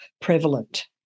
prevalent